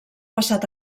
passat